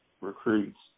recruits